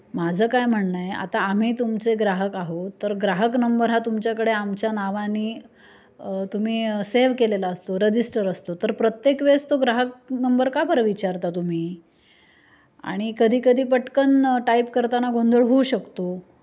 माझं काय म्हणणं आहे आता आम्ही तुमचे ग्राहक आहो तर ग्राहक नंबर हा तुमच्याकडे आमच्या नावाने तुम्ही सेव्ह केलेला असतो रजिस्टर असतो तर प्रत्येक वेळेस तो ग्राहक नंबर का बरं विचारता तुम्ही आणि कधीकधी पटकन टाईप करताना गोंधळ होऊ शकतो